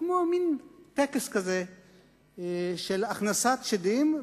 וכמו מין טקס כזה של הכנסת שדים.